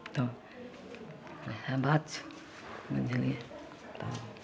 तऽ इएह बात छै बुझलिए तऽ